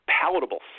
palatable